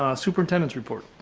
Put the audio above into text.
ah superintendent's report.